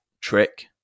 trick